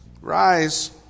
Rise